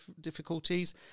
difficulties